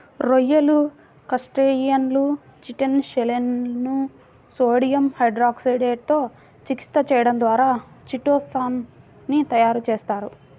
రొయ్యలు, క్రస్టేసియన్ల చిటిన్ షెల్లను సోడియం హైడ్రాక్సైడ్ తో చికిత్స చేయడం ద్వారా చిటో సాన్ ని తయారు చేస్తారు